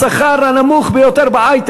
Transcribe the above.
בשכר הנמוך ביותר בהיי-טק.